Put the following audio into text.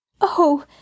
Oh